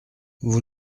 vous